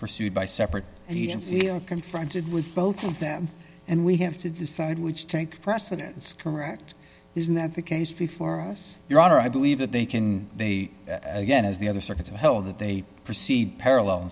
pursued by separate agency and confronted with both of them and we have to decide which think precedent that's correct isn't that the case before us your honor i believe that they can they again as the other circuits are held that they proceed parallel